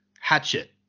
Hatchet